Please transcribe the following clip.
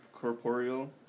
corporeal